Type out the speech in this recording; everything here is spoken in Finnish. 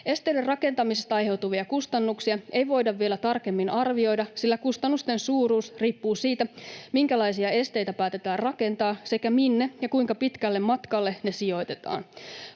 Esteiden rakentamisesta aiheutuvia kustannuksia ei voida vielä tarkemmin arvioida, sillä kustannusten suuruus riippuu siitä, minkälaisia esteitä päätetään rakentaa sekä minne ja kuinka pitkälle matkalle ne sijoitetaan.